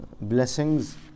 Blessings